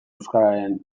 euskararen